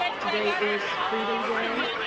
today is freedom day.